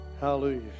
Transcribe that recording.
Hallelujah